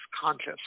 conscious